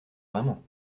vraiment